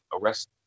arrest